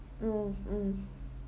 mm mm